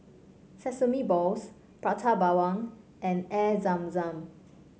Sesame Balls Prata Bawang and Air Zam Zam